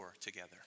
together